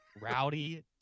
Rowdy